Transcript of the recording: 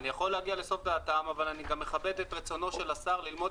אני יכול לרדת לסוף דעתם אבל אני גם מכבד את רצונו של השר ללמוד